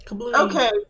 okay